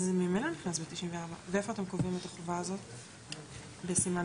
זאת אומרת בסעיף 64 יהיה כתוב שעל אף האמור